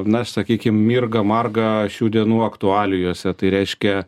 na sakykim mirga marga šių dienų aktualijose tai reiškia